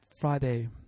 Friday